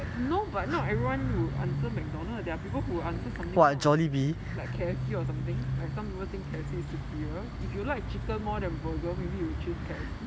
no but not everyone would answer mcdonald there are people who will answer something else like K_F_C or something like some people think K_F_C is superior if you like chicken more than burger maybe you would choose K_F_C